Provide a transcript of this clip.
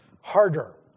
harder